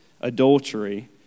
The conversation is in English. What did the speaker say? adultery